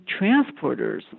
transporters